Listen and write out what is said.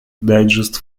digest